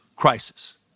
crisis